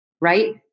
right